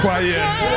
quiet